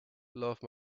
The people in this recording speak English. love